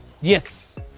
Yes